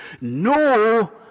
No